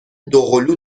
دوقلو